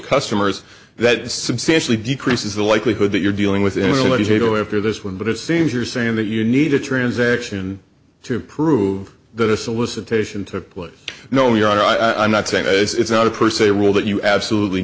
customers that substantially decreases the likelihood that you're dealing with anybody go after this one but it seems you're saying that you need a transaction to prove that a solicitation took place no your honor i'm not saying it's not a per se rule that you absolutely